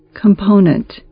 component